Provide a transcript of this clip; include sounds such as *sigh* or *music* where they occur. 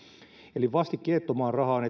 eli vastikkeettomaan rahaan *unintelligible*